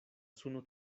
suno